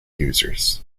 users